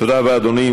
תודה רבה, אדוני.